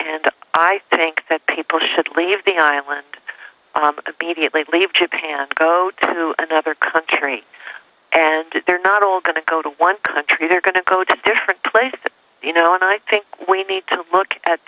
and i think that people should leave the island on the beat it leave japan go to another country and they're not all going to go to one country they're going to go to different places you know and i think we need to look at